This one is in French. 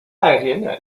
aérienne